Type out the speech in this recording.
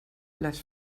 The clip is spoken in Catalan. les